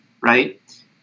right